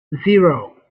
zero